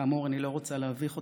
כאמור, אני לא רוצה להביך אותך.